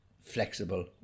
flexible